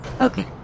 Okay